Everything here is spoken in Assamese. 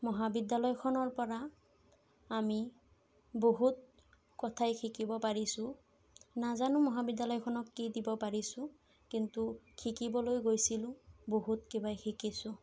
মহাবিদ্যালয়খনৰ পৰা আমি বহুত কথাই শিকিব পাৰিছোঁ নাজানো মহাবিদ্যালয়খনক কি দিব পাৰিছোঁ কিন্তু শিকিবলৈ গৈছিলোঁ বহুত কিবাই শিকিছোঁ